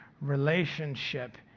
relationship